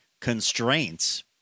constraints